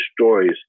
stories